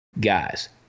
guys